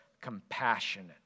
compassionate